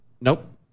nope